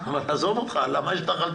אבל אני שואל למה בכל יש את החלטורה.